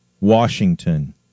Washington